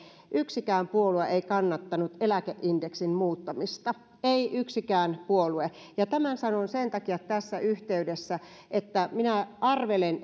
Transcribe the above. yksikään puolue ei kannattanut eläkeindeksin muuttamista ei yksikään puolue tämän sanon sen takia tässä yhteydessä koska arvelen